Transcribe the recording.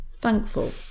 thankful